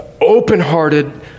open-hearted